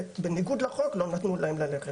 בניגוד לחוק.